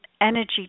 energy